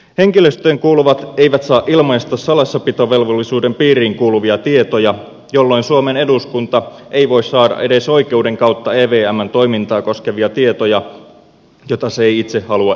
henkilöstöön kuuluvat eivät saa ilmaista salassapitovelvollisuuden piiriin kuuluvia tietoja jolloin suomen eduskunta ei voi saada edes oikeuden kautta evmn toimintaa koskevia tietoja joita tämä ei itse halua eduskunnalle kertoa